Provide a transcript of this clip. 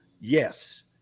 Yes